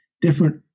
different